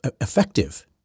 effective